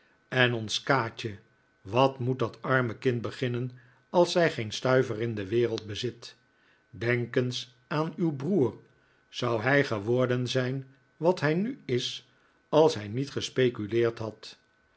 en ons kaatje wat moet dat arme kind beginnen als zij geen stuiver in de wereld bezit denk eens aan uw broer zou hij geworden zijn wat hij nu is als hij niet gespeculeerd had